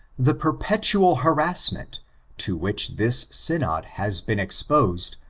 the perpetual harrassment to which this synod has been exposed,